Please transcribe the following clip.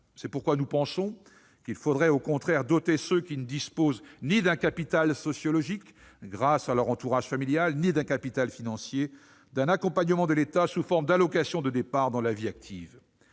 C'est pourquoi nous pensons qu'il faudrait, au contraire, doter ceux qui ne disposent ni d'un capital sociologique grâce à leur entourage familial, ni d'un capital financier, d'un accompagnement de l'État sous forme d'allocation de départ dans la vie active.